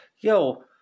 yo